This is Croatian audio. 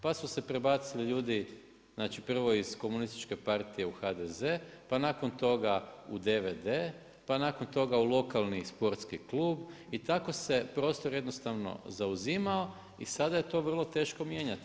Pa su se prebacili ljudi, znači prvo iz komunističke partije u HDZ, pa nakon toga u DVD, pa nakon toga u lokalni sportski klub i tako se prostor jednostavno zauzimao i sada je to vrlo teško mijenjati.